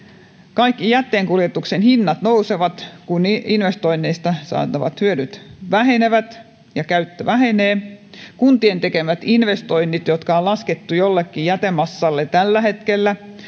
kaikki jätteenkuljetuksen hinnat nousevat kun investoinneista saatavat hyödyt vähenevät ja käyttö vähenee kuntien tekemät investoinnit jotka on laskettu jollekin jätemassalle tällä hetkellä